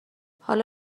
حالا